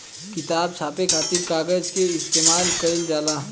किताब छापे खातिर कागज के इस्तेमाल कईल जाला